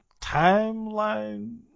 timeline